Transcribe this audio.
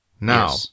now